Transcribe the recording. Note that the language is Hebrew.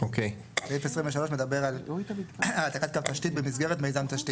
סעיף (23) מדבר על העתקת קו תשתית במסגרת מיזם תשתית.